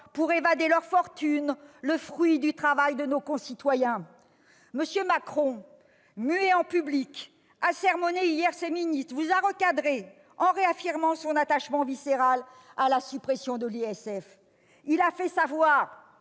dissimuler leur fortune, fruit du travail de nos concitoyens ? M. Macron, muet en public, a sermonné hier ses ministres, les a recadrés, en réaffirmant son attachement viscéral à la suppression de l'ISF. Il a fait savoir-